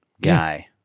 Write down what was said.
guy